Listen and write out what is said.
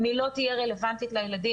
אם היא לא תהיה רלוונטית לילדים,